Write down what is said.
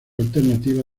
alternativa